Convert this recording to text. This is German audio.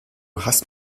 hast